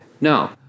No